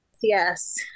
Yes